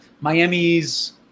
Miami's